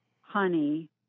honey